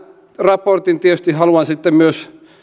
raportin tietysti haluan sitten myös meidän hyvälle